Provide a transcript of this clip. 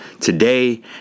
Today